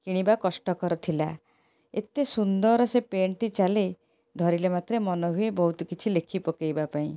କିଣିବା କଷ୍ଟକର ଥିଲା ଏତେ ସୁନ୍ଦର ସେ ପେନ୍ ଟି ଚାଲେ ଧରିଲା ମାତ୍ରେ ମାନେ ହୁଏ ବହୁତ କିଛି ଲେଖି ପକେଇବା ପାଇଁ